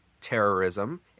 terrorism